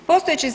Postojeći